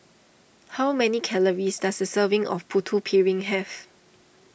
how many calories does a serving of Putu Piring have